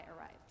arrived